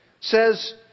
says